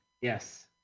Yes